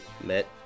met